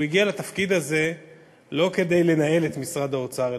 והוא הגיע לתפקיד הזה לא כדי לנהל את משרד האוצר,